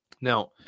now